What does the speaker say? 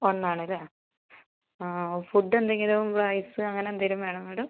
ഒന്ന് ആണ് അല്ലേ ആ ഓ ഫുഡ് എന്തെങ്കിലും റൈസ് അങ്ങനെ എന്തേലും വേണോ മാഡം